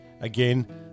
again